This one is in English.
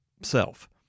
self